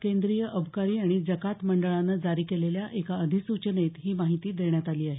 केंद्रीय अबकारी आणि जकात मंडळानं जारी केलेल्या एका अधिसूचनेत ही माहिती देण्यात आली आहे